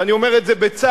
ואני אומר את זה בצער,